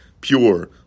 pure